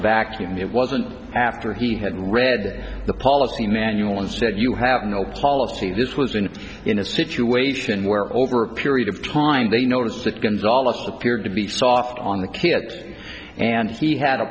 vacuum it wasn't after he had read the policy manual and said you have no policy this was in in a situation where over a period of time they noticed that gonzales appeared to be soft on the kids and he had a